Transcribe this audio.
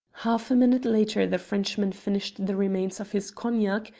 half a minute later the frenchman finished the remains of his cognac,